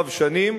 רב-שנים,